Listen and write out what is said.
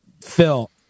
phil